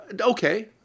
okay